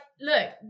look